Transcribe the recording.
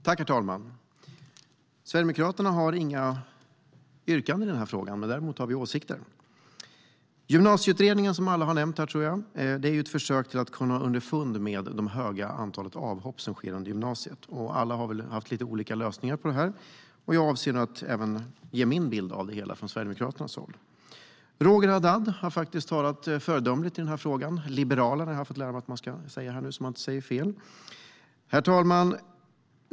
Herr talman! Sverigedemokraterna har inga yrkanden i frågan, men däremot har vi åsikter. Gymnasieutredningen är ett försök att komma underfund med det höga antalet avhopp som sker under gymnasiet. Alla har väl haft lite olika lösningar, och jag avser att även ge min bild av det hela från Sverigedemokraternas håll. Roger Haddad har talat föredömligt i frågan. Liberalerna har jag fått lära mig att man ska säga. Herr talman!